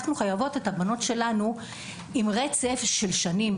אנחנו חייבות את הבנות שלנו עם רצף של שנים.